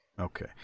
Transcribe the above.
Okay